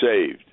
saved